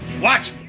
Watch